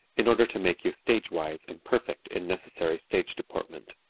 in order to make you stage-wise and perfect in necessary stage deportment.